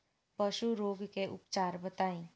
पशु रोग के उपचार बताई?